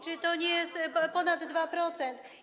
Czy to nie jest ponad 2%?